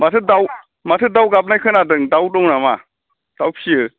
माथो दाव माथो दाव गाबनाय खोनादों दाव दं नामा दाव फियो